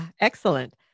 Excellent